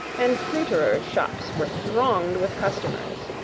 and fruiterers' shops were thronged with customers.